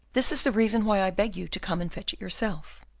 this is the reason why i beg you to come and fetch it yourself.